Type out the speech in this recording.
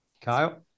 Kyle